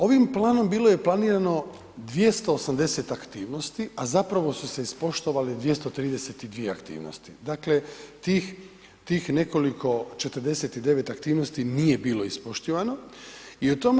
Ovim planom bilo je planirano 280 aktivnosti, a zapravo su se ispoštovale 232 aktivnosti, dakle tih nekoliko 49 aktivnosti nije bilo ispoštivano i o tome je